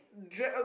drag um